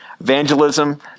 evangelism